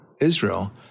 Israel